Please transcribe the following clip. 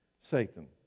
Satan